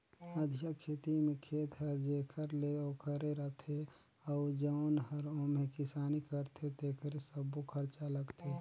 अधिया खेती में खेत हर जेखर हे ओखरे रथे अउ जउन हर ओम्हे किसानी करथे तेकरे सब्बो खरचा लगथे